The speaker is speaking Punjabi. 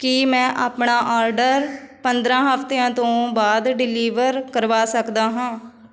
ਕੀ ਮੈਂ ਆਪਣਾ ਆਡਰ ਪੰਦਰਾਂ ਹਫ਼ਤਿਆਂ ਤੋਂ ਬਾਅਦ ਡਿਲੀਵਰ ਕਰਵਾ ਸਕਦਾ ਹਾਂ